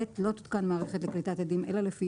לא תותקן מערכת לקליטת אדים אלא לפי